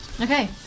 Okay